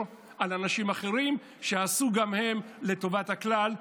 על אנשים אחרים שעשו גם הם לטובת הכלל,